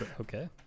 Okay